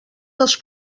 dels